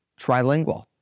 Trilingual